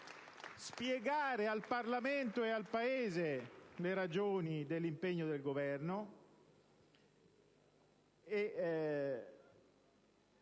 spiegare al Parlamento e al Paese le ragioni dell'impegno del Governo.